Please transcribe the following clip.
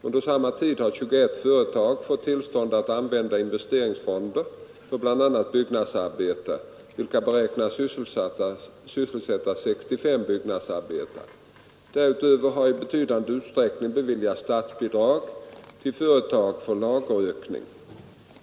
Under samma tid har 21 företag fått tillstånd att använda investeringsfonder för bl.a. byggnadsarbeten, vilka beräknas sysselsätta 65 byggnadsarbetare. Därutöver har i betydande utsträckning beviljats statsbidrag till företag för lagerökning.